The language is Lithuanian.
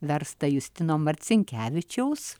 versta justino marcinkevičiaus